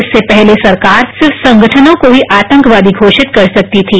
इससे पहले सरकार सिर्फ संगठनों को ही आतंकवादी घोषित कर सकती थी